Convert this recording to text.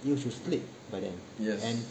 you should sleep by then and